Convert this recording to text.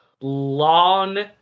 long